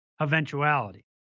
eventuality